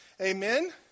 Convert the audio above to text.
Amen